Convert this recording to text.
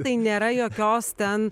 tai nėra jokios ten